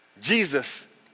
Jesus